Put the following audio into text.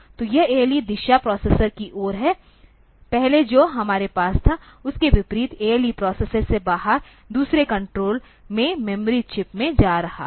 तो यह ALE दिशा प्रोसेसर की ओर है पहले जो हमारे पास था उसके विपरीत ALE प्रोसेसर से बाहर दूसरे कंट्रोल में मेमोरी चिप्स में जा रहा था